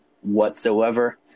whatsoever